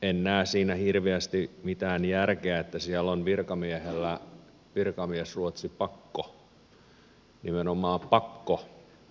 en näe siinä hirveästi mitään järkeä että siellä on virkamiehellä virkamiesruotsipakko nimenomaan pakko